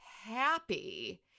happy